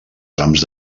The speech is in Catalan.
trams